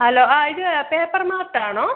hello ആ ഇത് paper mart ആണോ